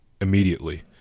immediately